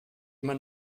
immer